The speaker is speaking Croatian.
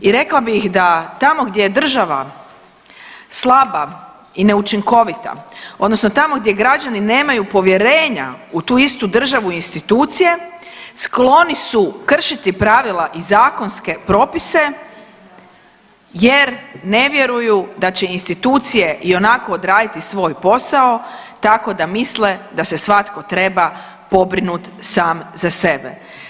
I rekla bih da tamo gdje je država slaba i neučinkovita odnosno tamo gdje građani nemaju povjerenja u tu istu državu i institucije skloni su kršiti pravila i zakonske propise jer ne vjeruju da će institucije ionako odraditi svoj posao tako da misle da se svatko treba pobrinuti sam za sebe.